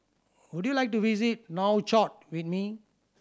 would you like to visit Nouakchott with me